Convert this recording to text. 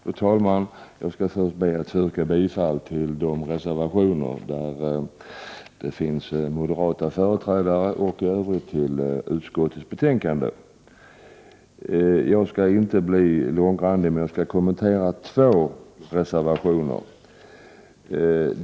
Fru talman! Jag skall be att få yrka bifall till de reservationer som moderata företrädare står bakom och i övrigt till utskottets hemställan. Jag skall inte bli långrandig; jag skall kommentera två reservationer.